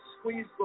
squeeze